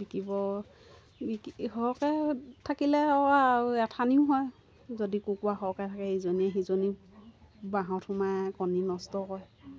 বিকিব বিকি সৰহকৈ থাকিলে আৰু এঠানিও হয় যদি কুকুৰা সৰহকৈ থাকে ইজনীয়ে সিজনীৰ বাঁহত সোমাই কণী নষ্ট কৰে